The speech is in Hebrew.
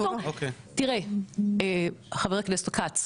תראה חבר הכנסת כץ,